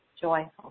joyful